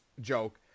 joke